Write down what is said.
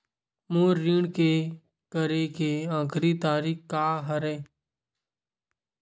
मोर ऋण के करे के आखिरी तारीक का हरे?